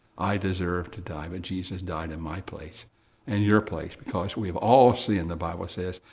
i deserve to die, when jesus died in my place and your place, because we've all sinned the bible says,